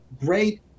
great